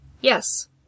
Yes